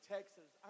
Texas